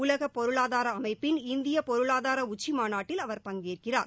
உலக பொருளாதார அமைப்பின் இந்திய பொருளாதார உச்சி மாநாட்டில் அவர் பங்கேற்கிறார்